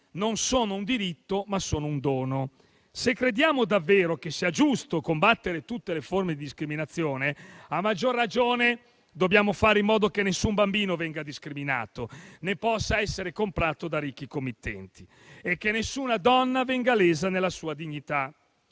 non sono un diritto, ma sono un dono. Se crediamo davvero che sia giusto combattere tutte le forme di discriminazione, a maggior ragione dobbiamo fare in modo che nessun bambino venga discriminato, né possa essere comprato da ricchi committenti e che nessuna donna venga lesa nella sua dignità.